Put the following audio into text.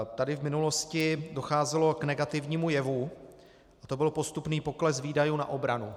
Tady v minulosti docházelo k negativnímu jevu, to byl postupný pokles výdajů na obranu.